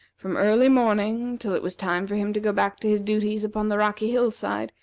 from early morning till it was time for him to go back to his duties upon the rocky hill-side,